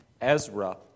Ezra